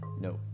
no